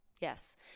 Yes